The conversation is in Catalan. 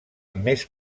més